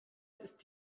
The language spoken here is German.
ist